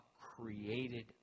created